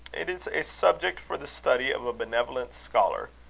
it is a subject for the study of a benevolent scholar,